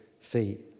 feet